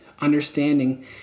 Understanding